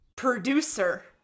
producer